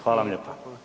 Hvala vam lijepa.